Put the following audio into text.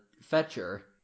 Fetcher